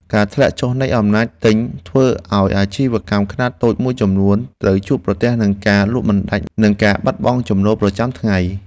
ការធ្លាក់ចុះនៃអំណាចទិញធ្វើឱ្យអាជីវកម្មខ្នាតតូចមួយចំនួនត្រូវជួបប្រទះនឹងការលក់មិនដាច់និងការបាត់បង់ចំណូលប្រចាំថ្ងៃ។